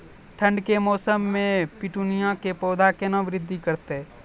ठंड के मौसम मे पिटूनिया के पौधा केना बृद्धि करतै?